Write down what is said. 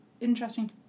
interesting